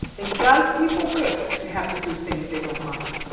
it does people good to have to do things they don't like.